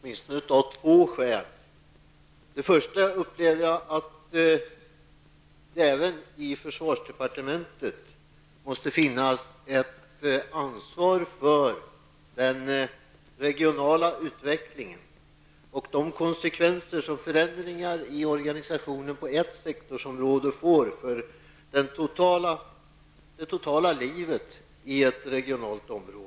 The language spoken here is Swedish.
Först och främst menar jag att det även i försvarsdepartementet måste finnas ett ansvar för den regionala utvecklingen och de konsekvenser som förändringar i organisationen inom en sektor får på det totala livet i en region.